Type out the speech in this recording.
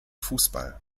fußball